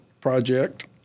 project